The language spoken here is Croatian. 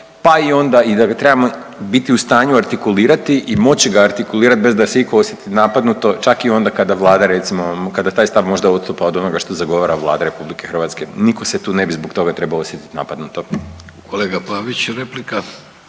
pa i onda da ga trebamo biti u stanju artikulirati i moći ga artikulirat bez da se iko osjeti napadnuto čak i onda kada Vlada recimo kada taj stav možda odstupa od onoga što zagovara Vlada RH. Niko se tu ne bi zbog toga trebao osjetiti napadnuto. **Vidović, Davorko